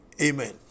Amen